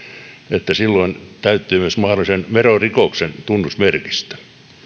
että silloin täyttyy myös mahdollisen verorikoksen tunnusmerkistö